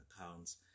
accounts